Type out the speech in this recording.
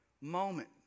moment